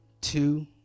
two